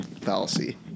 fallacy